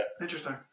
interesting